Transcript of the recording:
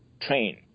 train